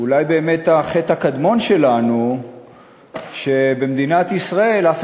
ואולי באמת החטא הקדמון שלנו הוא שבמדינת ישראל אף